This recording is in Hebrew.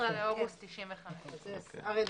ב-14 באוגוסט 95'. רבין.